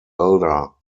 elder